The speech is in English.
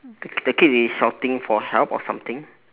the k~ the kid is shouting for help or something